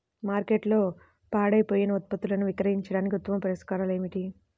మార్కెట్లో పాడైపోయే ఉత్పత్తులను విక్రయించడానికి ఉత్తమ పరిష్కారాలు ఏమిటి?